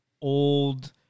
old